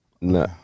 No